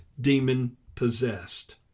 demon-possessed